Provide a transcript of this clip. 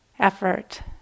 effort